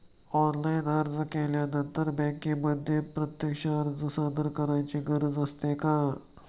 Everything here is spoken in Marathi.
ऑनलाइन अर्ज केल्यानंतर बँकेमध्ये प्रत्यक्ष अर्ज सादर करायची गरज असते का?